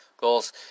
Goals